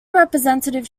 representatives